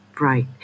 Right